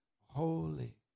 holy